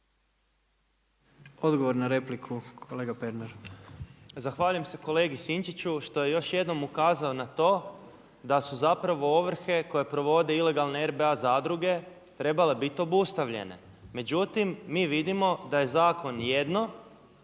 **Pernar, Ivan (Abeceda)** Zahvaljujem se kolegi Sinčiću što je još jednom ukazao na to da su zapravo ovrhe koje provode ilegalne RBA zadruge trebale biti obustavljene. Međutim, mi vidimo da je zakon jedno